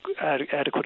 adequate